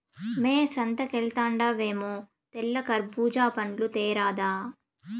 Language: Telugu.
మ్మే సంతకెల్తండావేమో తెల్ల కర్బూజా పండ్లు తేరాదా